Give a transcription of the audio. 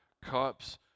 Cups